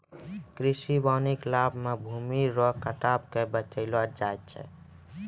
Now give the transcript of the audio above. कृषि वानिकी लाभ मे भूमी रो कटाव के बचैलो जाय छै